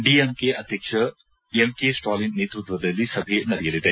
DMK ಅಧ್ಯಕ್ಷ ಎಂ ಕೆ ಸ್ಟಾಲಿನ್ ನೇತೃಕ್ಷದಲ್ಲಿ ಸಭೆ ನಡೆಯಲಿದೆ